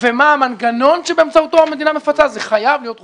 ומה המנגנון באמצעותו המדינה מפצה זה חייב להיות רוחבי.